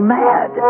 mad